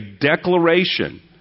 declaration